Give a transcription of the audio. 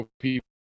people